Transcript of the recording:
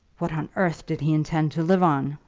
what on earth did he intend to live on?